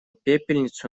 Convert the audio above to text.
пепельницу